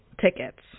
tickets